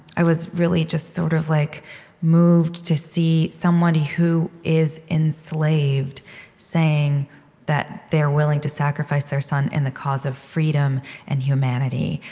i was really just sort of like moved to see somebody who is enslaved saying that they're willing to sacrifice their son in the cause of freedom and humanity,